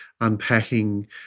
unpacking